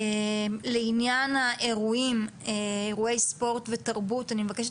לעניין האירועים אירועי ספורט ותרבות אני מבקשת